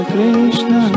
Krishna